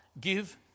give